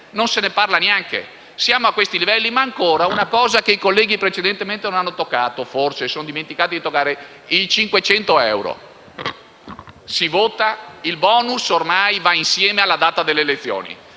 non se ne parla neanche. Siamo a questi livelli. Ma ancora, vi è un argomento che i colleghi precedentemente non hanno toccato (forse si sono dimenticati): i 500 euro. Si vota. Il *bonus* ormai va insieme alla data delle elezioni.